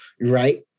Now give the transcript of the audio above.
Right